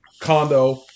condo